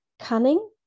cunning